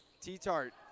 T-Tart